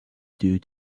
due